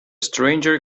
stranger